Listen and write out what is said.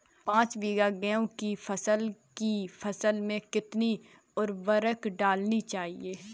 पाँच बीघा की गेहूँ की फसल में कितनी उर्वरक डालनी चाहिए?